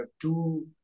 two